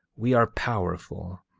we are powerful,